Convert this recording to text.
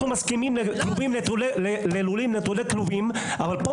אנחנו מסכימים ללולים נטולי כלובים אבל כאן